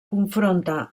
confronta